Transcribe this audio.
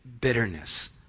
bitterness